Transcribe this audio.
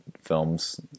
films